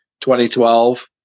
2012